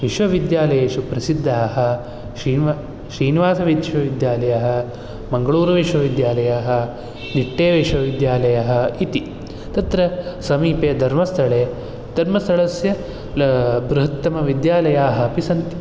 विश्वविद्यालयेषु प्रसिद्धाः श्रीन्व श्रीनिवासविश्वविद्यालयः मङ्गलूरुविश्वविद्यालयः निट्टे विश्वविद्यालयः इति तत्र धर्मस्थले धर्मस्थलस्य बृहत्तमविद्यालयाः अपि सन्ति